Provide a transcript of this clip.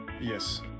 Yes